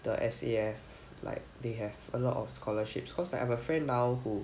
the S_A_F like they have a lot of scholarships cause like I've a friend now who